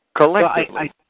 collectively